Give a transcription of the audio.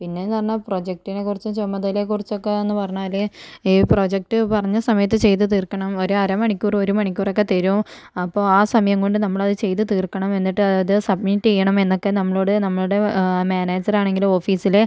പിന്നെയെന്നു പറഞ്ഞാൽ പ്രൊജക്റ്റിനെ കുറിച്ചും ചുമതലയെ കുറിച്ചൊക്കെയെന്നു പറഞ്ഞാൽ ഈ പ്രൊജക്റ്റ് പറഞ്ഞ സമയത്തു ചെയ്തു തീർക്കണം ഒരു അരമണിക്കൂർ ഒരു മണിക്കൂറൊക്കെ തരും അപ്പോൾ ആ സമയം കൊണ്ട് നമ്മളത് ചെയ്തു തീർക്കണം എന്നിട്ടത് സബ്മിറ്റ് ചെയ്യണം എന്നൊക്കെ നമ്മളോട് നമ്മളുടെ മാനേജറാണെങ്കിലും ഓഫീസിലെ